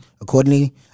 accordingly